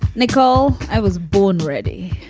nicole, i was born ready.